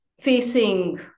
facing